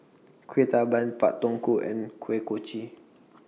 Kueh Talam Pak Thong Ko and Kuih Kochi